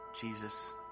Jesus